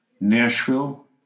Nashville